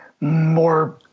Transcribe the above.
more